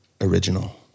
Original